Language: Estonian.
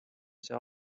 see